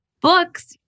books